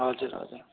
हजुर हजुर